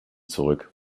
zurück